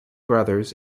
brothers